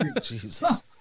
Jesus